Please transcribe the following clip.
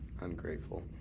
Ungrateful